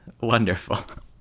Wonderful